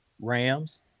Rams